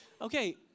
Okay